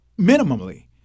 minimally